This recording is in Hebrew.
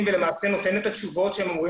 ולמעשה נותן את התשובות שהם אמורים